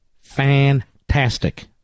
fantastic